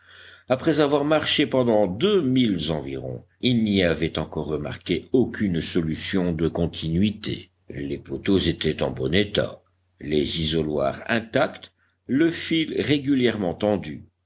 après avoir marché pendant deux milles environ ils n'y avaient encore remarqué aucune solution de continuité les poteaux étaient en bon état les isoloirs intacts le fil régulièrement tendu